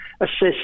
assist